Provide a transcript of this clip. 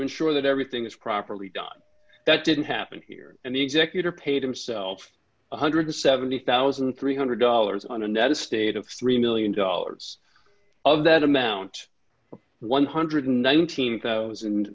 ensure that everything is properly done that didn't happen here and the executor paid himself one hundred and seventy thousand three hundred dollars on a net estate of three million dollars of that amount one hundred and nineteen thousand